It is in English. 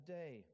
day